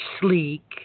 sleek